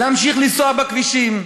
להמשיך לנסוע בכבישים,